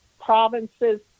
provinces